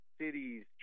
cities